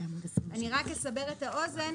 אני רק אשבר את האוזן,